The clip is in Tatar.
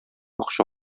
акча